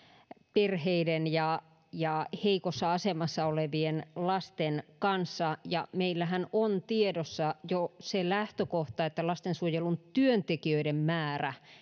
perheiden ja ja heikossa asemassa olevien lasten kanssa meillähän on jo tiedossa se lähtökohta että lastensuojelun työntekijöiden määrä